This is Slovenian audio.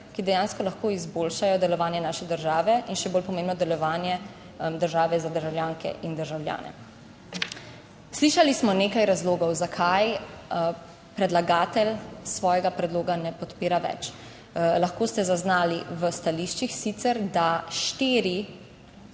ki dejansko lahko izboljšajo delovanje naše države in, še bolj pomembno, delovanje države za državljanke in državljane. Slišali smo nekaj razlogov, zakaj predlagatelj svojega predloga ne podpira več. Lahko ste zaznali v stališčih sicer, da štiri